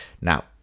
Now